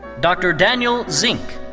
dr. daniel zink.